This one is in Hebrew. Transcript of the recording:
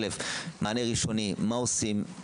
מענה ראשוני, מה עושים.